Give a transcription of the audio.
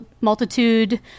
multitude